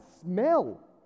smell